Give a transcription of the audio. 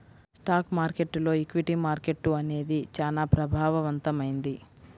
stock మార్కెట్టులో equity market అనేది చానా ప్రభావవంతమైంది